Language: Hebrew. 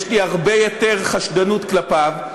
יש לי הרבה יותר חשדנות כלפיו.